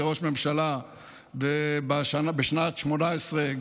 כראש ממשלה בשנת 2018,